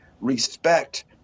respect